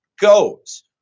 goes